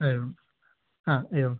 एवं हा एवम्